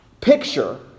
picture